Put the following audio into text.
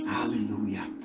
Hallelujah